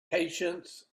patience